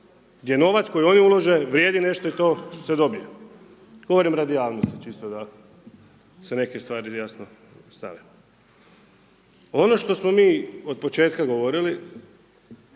gdje novac koji oni ulože vrijedi nešto i to se dobije. Govorim radi javnosti čisto da se neke stvari jasno postave. Ono što smo mi od početka govorili